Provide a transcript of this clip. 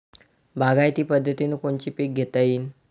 बागायती पद्धतीनं कोनचे पीक घेता येईन?